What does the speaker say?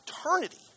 eternity